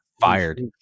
fired